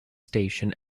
station